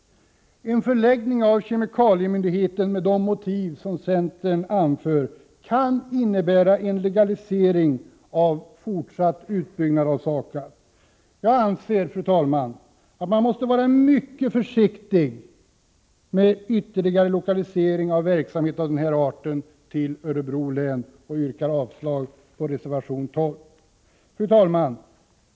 En förläggning av kemikaliemyndigheten, med de motiv som centern anför, kan innebära en legalisering av fortsatt utbyggnad av SAKAB. Jag anser, fru talman, att vi måste vara mycket försiktiga med ytterligare lokalisering av verksamhet av den här arten till Örebro län. Jag yrkar avslag på reservation 12. Fru talman!